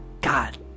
God